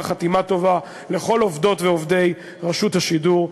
חתימה טובה לכל עובדות ועובדי רשות השידור,